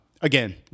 again